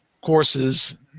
courses